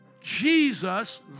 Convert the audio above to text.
Jesus